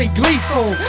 gleeful